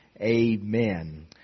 Amen